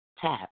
Tap